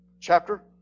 chapter